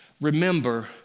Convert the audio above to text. remember